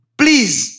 please